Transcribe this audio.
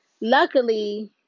luckily